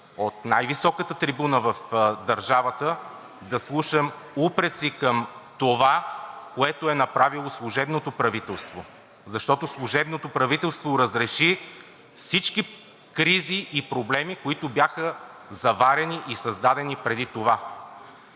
от най-високата трибуна в държавата да слушам упреци към това, което е направило служебното правителство, защото служебното правителство разреши всички кризи и проблеми, които бяха заварени и създадени преди това.